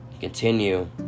continue